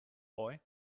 boy